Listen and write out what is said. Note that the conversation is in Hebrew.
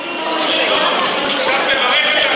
עכשיו תברך את,